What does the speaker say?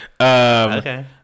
okay